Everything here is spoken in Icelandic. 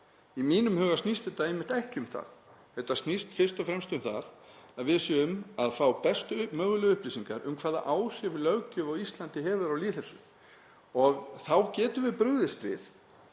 Í mínum huga snýst þetta einmitt ekki um það. Þetta snýst fyrst og fremst um það að við séum að fá bestu mögulegu upplýsingar um hvaða áhrif löggjöf á Íslandi hefur á lýðheilsu og þá getum við brugðist við.